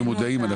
שיהיו מודעים.